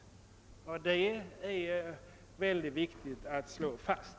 Detta är mycket viktigt att slå fast.